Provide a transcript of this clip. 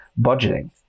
budgeting